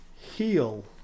heal